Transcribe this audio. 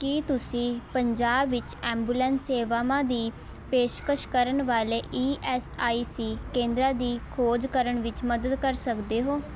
ਕੀ ਤੁਸੀਂ ਪੰਜਾਬ ਵਿੱਚ ਐਂਬੂਲੈਂਸ ਸੇਵਾਵਾਂ ਦੀ ਪੇਸ਼ਕਸ਼ ਕਰਨ ਵਾਲੇ ਈ ਐਸ ਆਈ ਸੀ ਕੇਂਦਰਾਂ ਦੀ ਖੋਜ ਕਰਨ ਵਿੱਚ ਮਦਦ ਕਰ ਸਕਦੇ ਹੋ